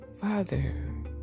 father